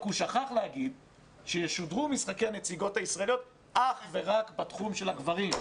רק הוא שכח להגיד שזה אך ורק בתחום של הגברים,